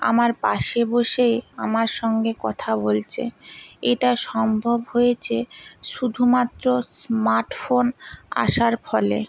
আমার পাশে বসে আমার সঙ্গে কথা বলচে এটা সম্ভব হয়েছে শুধুমাত্র স্মার্ট ফোন আসার ফলে